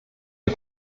der